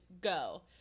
go